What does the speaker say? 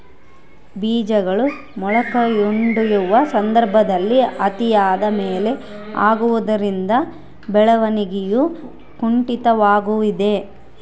ಬೇಜಗಳು ಮೊಳಕೆಯೊಡೆಯುವ ಸಂದರ್ಭದಲ್ಲಿ ಅತಿಯಾದ ಮಳೆ ಆಗುವುದರಿಂದ ಬೆಳವಣಿಗೆಯು ಕುಂಠಿತವಾಗುವುದೆ?